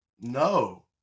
no